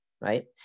right